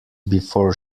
before